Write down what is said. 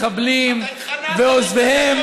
מחבלים ועוזריהם,